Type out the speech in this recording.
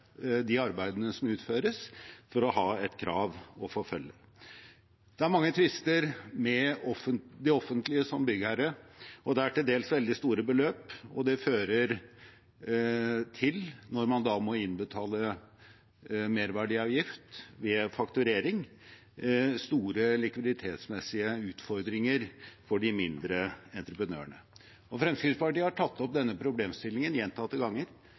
de arbeidene som utføres, for å ha et krav å forfølge. Det er mange tvister med det offentlige som byggherre, og det er til dels veldig store beløp. Dette fører til, når man må innbetale merverdiavgift ved fakturering, store likviditetsmessige utfordringer for de mindre entreprenørene. Fremskrittspartiet har tatt opp denne problemstillingen gjentatte ganger,